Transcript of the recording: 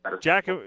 Jack